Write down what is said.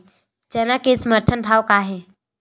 चना के समर्थन भाव का हे?